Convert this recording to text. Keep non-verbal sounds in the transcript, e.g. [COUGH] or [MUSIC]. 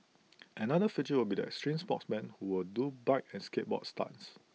[NOISE] another feature will be the extreme sportsmen who will do bike and skateboard stunts